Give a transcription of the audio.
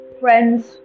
friends